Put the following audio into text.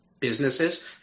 businesses